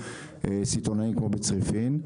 סיטונאים כמו בצריפין.